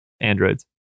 androids